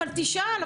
תשאל,